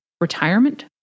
retirement